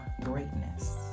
greatness